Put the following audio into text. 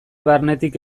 barnetik